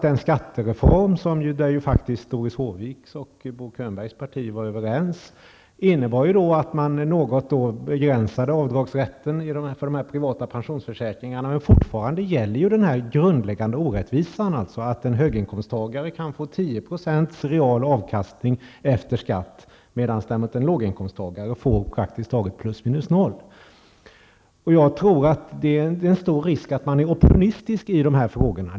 Den skattereform som ju faktiskt Doris Håviks och Bo Könbergs partier var överens om innebar att man något begränsade avdragsrätten för de privata pensionsförsäkringarna, men fortfarande gäller den grundläggande orättvisan att en höginkomsttagare kan få 10 % real avkastning efter skatt, medan en låginkomsttagare får praktiskt taget plus minus noll. Jag tror att det är en stor risk att man är opportunistisk i de här frågorna.